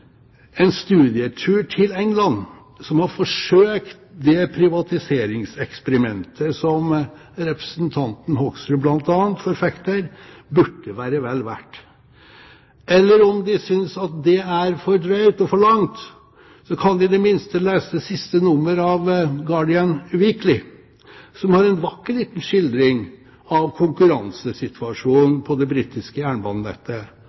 En studietur til England, som har forsøkt det privatiseringseksperimentet som representanten Hoksrud bl.a. forfekter, burde være vel verdt. Eller om de synes at det er for drøyt og for langt, kan de i det minste lese det siste nummeret av Guardian Weekly, som har en vakker liten skildring av konkurransesituasjonen på det britiske jernbanenettet,